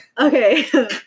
Okay